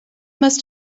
must